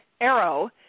arrow